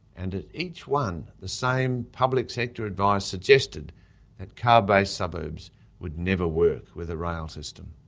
and at each one the same public-sector advice suggested that car-based suburbs would never work with a rail system.